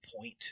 point